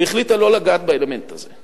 היא החליטה לא לגעת באלמנט הזה.